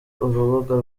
urubuga